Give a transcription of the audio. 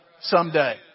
someday